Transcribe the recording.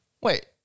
Wait